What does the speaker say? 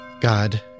God